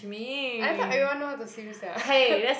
I thought everyone know how to swim sia